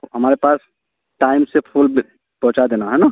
तो हमारे पास टाइम से फूल पहुँचा देना है न